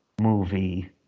movie